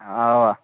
آ